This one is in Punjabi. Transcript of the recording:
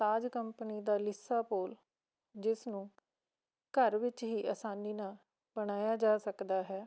ਤਾਜ ਕੰਪਨੀ ਦਾ ਲੀਸਾ ਪੋਲ ਜਿਸਨੂੰ ਘਰ ਵਿੱਚ ਹੀ ਆਸਾਨੀ ਨਾਲ਼ ਬਣਾਇਆ ਜਾ ਸਕਦਾ ਹੈ